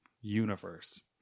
universe